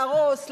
להרוס,